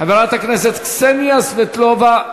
חברת הכנסת קסניה סבטלובה,